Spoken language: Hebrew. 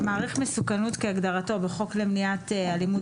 מעריך מסוכנות כהגדרתו בחוק למניעת אלימות